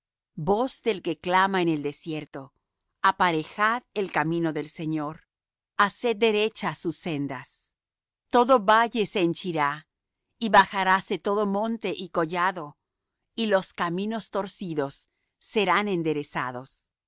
voz del que clama en el desierto aparejad el camino del señor haced derechas sus sendas todo valle se henchirá y bajaráse todo monte y collado y los caminos torcidos serán enderezados